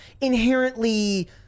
inherently